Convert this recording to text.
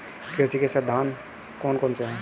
कृषि के साधन कौन कौन से हैं?